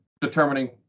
determining